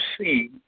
see